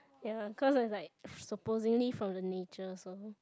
ya lah cause is like supposingly from the nature also